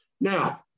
Now